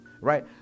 right